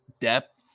depth